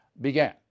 began